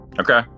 Okay